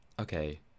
okay